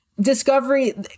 Discovery